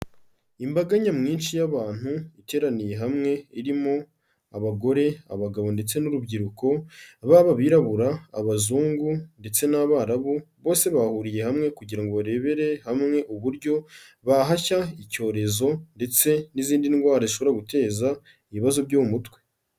Imbaga nyamwinshi y'abantu iteraniye hamwe, irimo abagore, abagabo ndetse n'urubyiruko, baba abirabura, abazungu ndetse n'abarabu, bose bahuriye hamwe kugira ngo barebere hamwe uburyo bahashya icyorezo ndetse n'izindi ndwara zishobora guteza ibibazo byo mu mutwe.